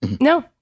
No